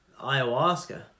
ayahuasca